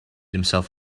himself